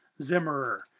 Zimmerer